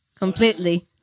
completely